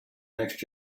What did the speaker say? next